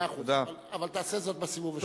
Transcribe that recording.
מאה אחוז, אבל תעשה זאת בסיבוב השני.